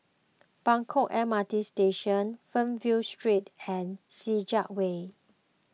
Buangkok M R T Station Fernvale Street and Senja Way